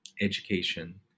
education